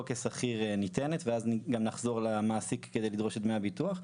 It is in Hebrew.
כשכיר ניתנת ואז גם נחזור למעסיק כדי לדרוש את דמי הביטוח,